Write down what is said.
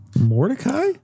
Mordecai